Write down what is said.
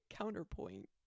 counterpoint